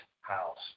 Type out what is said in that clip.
house